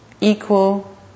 equal